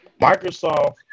Microsoft